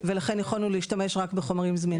ולכן יכולנו להשתמש רק בחומרים זמינים.